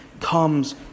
comes